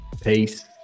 Peace